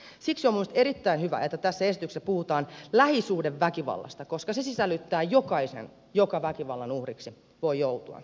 siksi on minun mielestäni erittäin hyvä että tässä esityksessä puhutaan lähisuhdeväkivallasta koska se sisällyttää jokaisen joka väkivallan uhriksi voi joutua